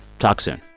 talk soon